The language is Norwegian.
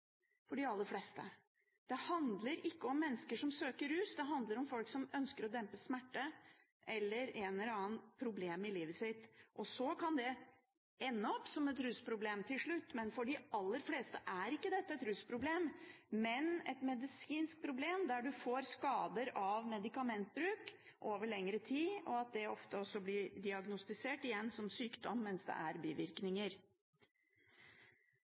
for de aller fleste. Det handler ikke om mennesker som søker rus, men det handler om folk som ønsker å dempe smerte eller et eller annet problem i livet sitt. Så kan det ende opp som et rusproblem til slutt, men for de aller fleste er ikke dette et rusproblem, men et medisinsk problem der du får skader av medikamentbruk over lengre tid. Ofte blir dette også diagnostisert som sykdom, mens det er bivirkninger.